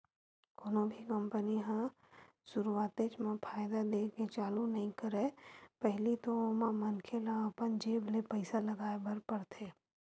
कोनो भी कंपनी ह सुरुवातेच म फायदा देय के चालू नइ करय पहिली तो ओमा मनखे ल अपन जेब ले पइसा लगाय बर परथे